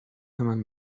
human